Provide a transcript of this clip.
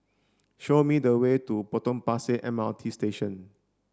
show me the way to Potong Pasir M R T Station